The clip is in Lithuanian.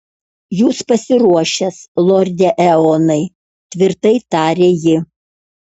jūs pasiruošęs lorde eonai tvirtai tarė ji